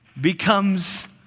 becomes